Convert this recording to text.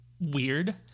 weird